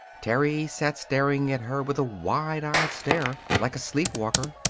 terry sat staring at her with a wide-eyed stare, like a sleepwalker.